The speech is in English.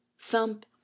Thump